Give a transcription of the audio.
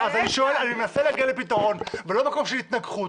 אני מנסה להגיע לפתרון ולא ממקום של התנגחות.